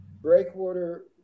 Breakwater